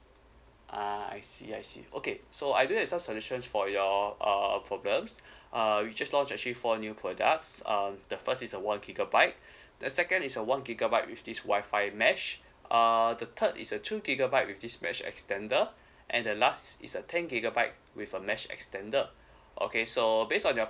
ah I see I see okay so I did a some solutions for your err problems uh we just launched actually four new products um the first is a one gigabyte the second is a one gigabyte with this wifi mesh uh the third is a two gigabyte with this mesh extender and the last is a ten gigabyte with a mesh extender okay so based on your